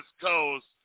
Coast